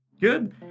Good